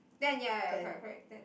ten ya ya correct correct ten